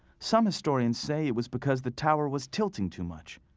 some historians say it was because the tower was tilting too much.